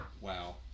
Wow